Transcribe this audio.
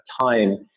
time